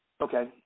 Okay